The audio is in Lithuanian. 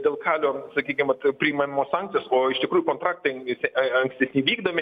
dėl kalio sakykim vat priimamos sankcijos o iš tikrųjų kontraktai visi ankstesni vykdomi